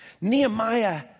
Nehemiah